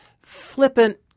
flippant